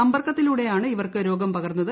സമ്പർക്കത്തിലൂട്ടെയാണ് ഇവർക്ക് രോഗം പകർന്നത്